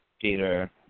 Peter